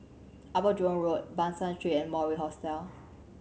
Upper Jurong Road Ban San Street and Mori Hostel